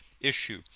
issue